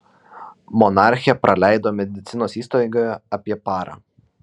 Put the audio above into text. monarchė praleido medicinos įstaigoje apie parą